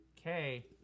okay